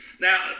Now